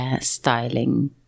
Styling